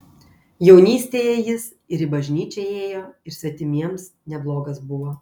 jaunystėje jis ir į bažnyčią ėjo ir svetimiems neblogas buvo